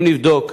אם נבדוק,